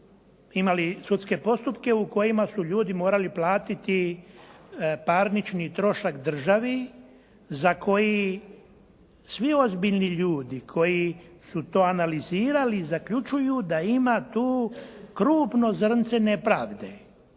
imali sudske postupke u kojima su ljudi morali platiti parnični trošak državi za koji svi ozbiljni ljudi koji su to analizirali, zaključuju da ima tu krupno zrnce nepravde.